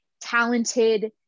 talented